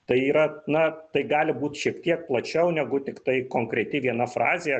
tai yra na tai gali būt šiek tiek plačiau negu tiktai konkreti viena frazė